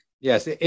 Yes